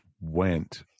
went